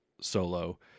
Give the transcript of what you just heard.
Solo